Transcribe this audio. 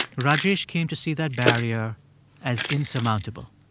rajesh came to see that barrier as insurmountable.